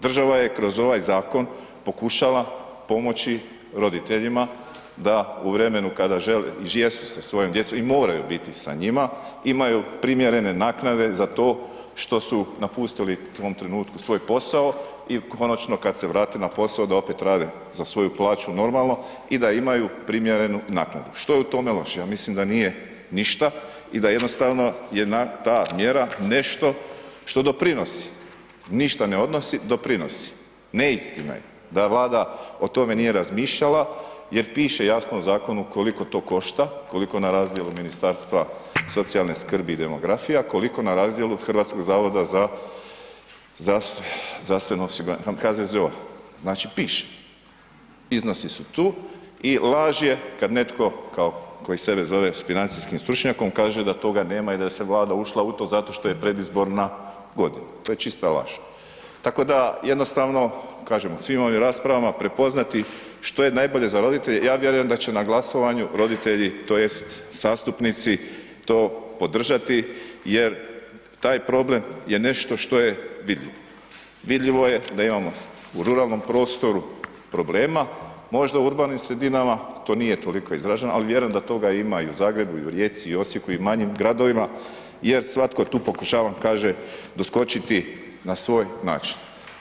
Država je kroz ovaj zakon pokušala pomoći roditeljima da u vremenu kada žele i jesu sa svojom djecom i moraju biti sa njima, imaju primjerene naknade za to što su napustili u tom trenutku svoj posao i konačno kad se vrate na posao da opet rade za svoju plaću normalno i da imaju primjerenu naknadu, što je u tome loše, ja mislim da nije ništa i da je jednostavno jedna ta mjera nešto što doprinosi, ništa ne odnosi, doprinosi, neistina je da Vlada o tome nije razmišljala jer piše jasno u zakonu koliko to košta, koliko na razdjelu Ministarstva socijalne skrbi i demografije, a koliko na razdjelu HZZO-a, znači piše, iznosi su tu i laž je kad netko kao koji sebe zove financijskim stručnjakom kaže da toga nema i da je Vlada ušla u to zato što je predizborna godina, to je čista laž, tako da jednostavno, kažem u svim ovim raspravama prepoznati što je najbolje za roditelje, ja vjerujem da će na glasovanju roditelji tj. zastupnici to podržati jer taj problem je nešto što je vidljivo, vidljivo je da imamo u ruralnom prostoru problema, možda u urbanim sredinama to nije toliko izraženo, ali vjerujem da toga ima i u Zagrebu, i u Rijeci, i Osijeku i manjim gradovima jer svatko tu pokušava kaže doskočiti na svoj način.